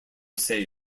say